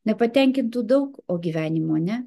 nepatenkintų daug o gyvenimų ne